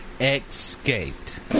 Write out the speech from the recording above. Escaped